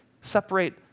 separate